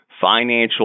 financial